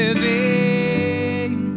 living